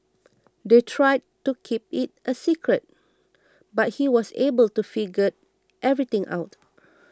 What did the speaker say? they tried to keep it a secret but he was able to figure everything out